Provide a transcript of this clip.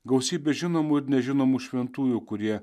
gausybė žinomų ir nežinomų šventųjų kurie